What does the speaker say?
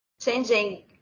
Changing